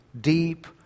deep